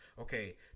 okay